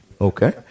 Okay